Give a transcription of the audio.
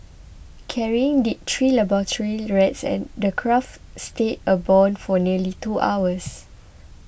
carrying the three laboratory rats and the craft stayed airborne for nearly two hours